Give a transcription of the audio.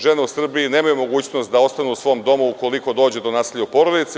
Žene u Srbiji nemaju mogućnost da ostanu u svom domu, ukoliko dođe do nasilja u porodici.